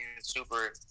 super